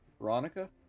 Veronica